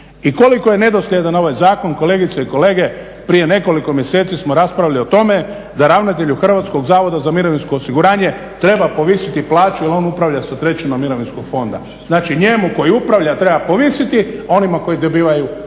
I koliko je nedosljedan ovaj zakon kolegice i kolege, prije nekoliko mjeseci smo raspravljali o tome da ravnatelju HZMO-a treba povisiti plaću jer on upravlja sa trećinom mirovinskog fonda, znači njemu koji upravlja treba povisiti, a onima koji dobivaju treba